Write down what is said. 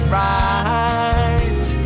right